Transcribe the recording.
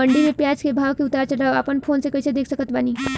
मंडी मे प्याज के भाव के उतार चढ़ाव अपना फोन से कइसे देख सकत बानी?